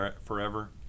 forever